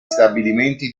stabilimenti